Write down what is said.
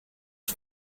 die